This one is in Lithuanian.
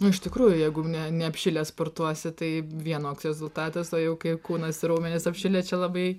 o iš tikrųjų jeigu ne neapšilęs sportuosi tai vienoks rezultatas o jau kai kūnas raumenys apšilę čia labai